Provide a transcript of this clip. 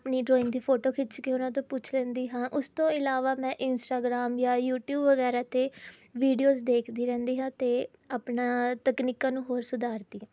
ਆਪਣੀ ਡਰਾਇੰਗ ਦੀ ਫੋਟੋ ਖਿੱਚ ਕੇ ਉਹਨਾਂ ਤੋਂ ਪੁੱਛ ਲੈਂਦੀ ਹਾਂ ਉਸ ਤੋਂ ਇਲਾਵਾ ਮੈਂ ਇੰਸਟਾਗ੍ਰਾਮ ਜਾਂ ਯੂਟਿਊਬ ਵਗੈਰਾ 'ਤੇ ਵੀਡੀਓਸ ਦੇਖਦੀ ਰਹਿੰਦੀ ਹਾਂ ਅਤੇ ਆਪਣਾ ਤਕਨੀਕਾਂ ਨੂੰ ਹੋਰ ਸੁਧਾਰਦੀ ਹਾਂ